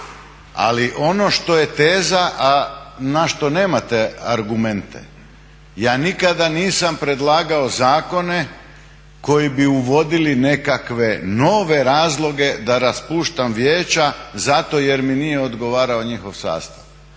Ali ono što je teza, a na što nemate argumente, ja nikada nisam predlagao zakone koji bi uvodili nekakve nove razloge da raspuštam vijeća zato jer mi nije odgovarao njihov sastav.